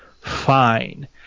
fine